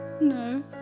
No